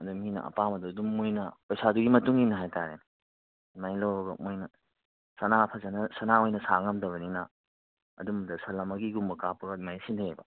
ꯑꯗꯨ ꯃꯤꯅ ꯑꯄꯥꯝꯕꯗꯣ ꯑꯗꯨꯝ ꯃꯣꯏꯅ ꯄꯩꯁꯥꯗꯨꯒꯤ ꯃꯇꯨꯡ ꯏꯟꯅ ꯍꯥꯏ ꯇꯥꯔꯦ ꯑꯗꯨꯃꯥꯏꯅ ꯂꯧꯔꯒ ꯃꯣꯏꯅ ꯁꯅꯥ ꯐꯖꯅ ꯁꯅꯥ ꯑꯣꯏꯅ ꯁꯥꯕ ꯉꯝꯗꯕꯅꯤꯅ ꯑꯗꯨꯝꯕꯗ ꯁꯟ ꯑꯃꯒꯤꯒꯨꯝꯕ ꯀꯥꯞꯄꯒ ꯑꯗꯨꯃꯥꯏꯅ ꯁꯤꯖꯤꯟꯅꯩꯕ